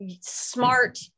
smart